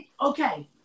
Okay